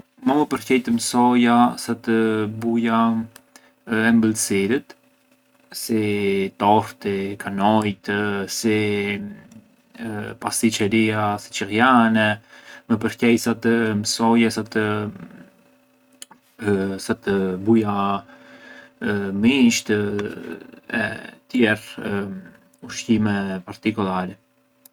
Mua më përqejë sa të buja embëlsirët si torti, kanojt, si pastiçeria siçilliane, më përqej sa të mësoja, sa të sa të buja mishtë, e tjerë ushqime partikolari.